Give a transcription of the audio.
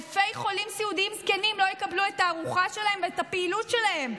אלפי חולים סיעודיים זקנים לא יקבלו את הארוחה שלהם ואת הפעילות שלהם.